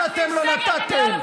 שאתם לא נתתם.